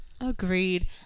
Agreed